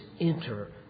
enter